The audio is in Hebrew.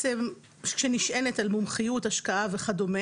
כשנשענת על מומחיות, השקעה וכדו',